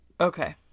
Okay